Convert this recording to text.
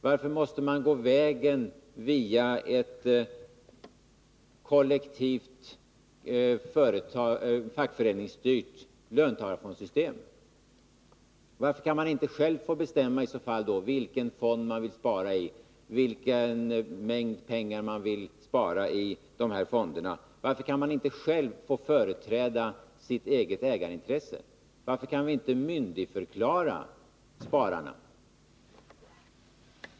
Varför måste man gå vägen över ett kollektivt, fackföreningsstyrt löntagarfondssystem? Varför kan man inte själv få bestämma vilken fond man vill spara i, vilken mängd pengar man vill spara i fonderna? Varför kan man inte själv få företräda sitt eget ägarintresse? Varför kan vi inte myndigförklara spararna?